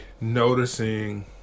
noticing